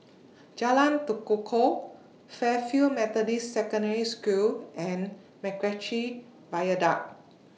Jalan Tekukor Fairfield Methodist Secondary School and Macritchie Viaduct